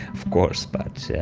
of course, but yeah